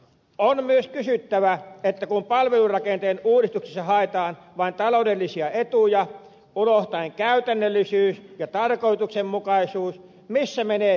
on myös kysyttävä kun palvelurakenteen uudistuksessa haetaan vain taloudellisia etuja unohtaen käytännöllisyys ja tarkoituksenmukaisuus missä menee uudistuksen raja